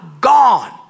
gone